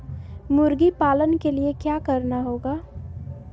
मुर्गी पालन के लिए क्या करना होगा?